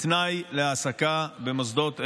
כתנאי להעסקה במוסדות אלו.